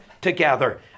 together